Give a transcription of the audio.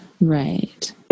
right